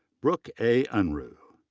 brooke a. unruh.